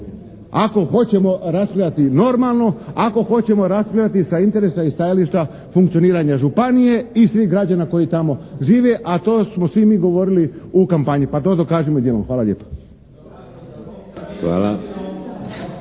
ako hoćemo raspravljati normalno, ako hoćemo raspravljati sa interesa i stajališta funkcioniranja županije i svih građana koji tamo žive a to smo svi mi govorili u kampanji, pa to dokažimo i djelom. Hvala lijepa.